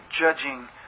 judging